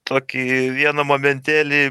tokį vieną momentėlį